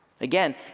Again